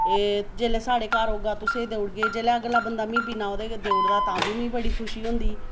एह् जिसलै साढ़े घर होगा तुसेंगी देई ओड़गे अगला बंदा मिगी बिना ओह्दे देई ओड़दा तां बी बड़ी खुशी होंदी